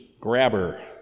grabber